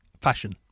fashion